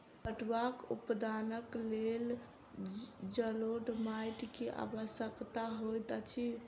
पटुआक उत्पादनक लेल जलोढ़ माइट के आवश्यकता होइत अछि